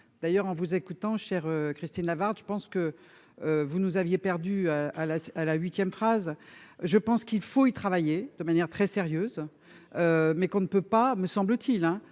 d'ailleurs, en vous écoutant chers Christine Lavarde je pense que vous nous aviez perdu à la à la 8ème phrase je pense qu'il faut y travailler de manière très sérieuse, mais qu'on ne peut pas me semble-t-il,